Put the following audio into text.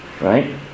right